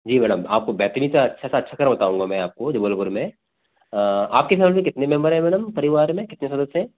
जी madam आपको से अच्छा से अच्छा घर बताऊँगा मैं आपको जबलपुर में आपकी फैमिली कितने मेंबर हैं मैडम परिवार में कितने सदस्य हैं